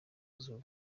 zuba